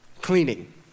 cleaning